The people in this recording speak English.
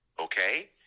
okay